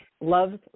love's